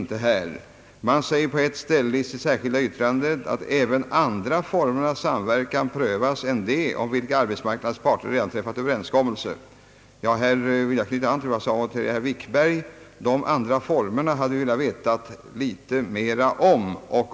I det särskilda yttrandet sägs på ett ställe, att det är av vikt »att även andra former av samverkan prövas än de om vilka arbetsmarknadsparterna redan har träffat överenskommelse». Jag vill här anknyta till vad jag sade till herr Wikberg. Dessa »andra former» hade vi velat veta litet mera om.